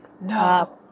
No